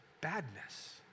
badness